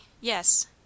yes